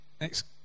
next